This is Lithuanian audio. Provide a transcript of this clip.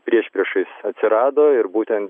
priešpriešais atsirado ir būtent